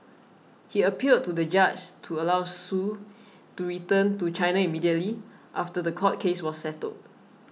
he appealed to the judge to allow Su to return to China immediately after the court case was settled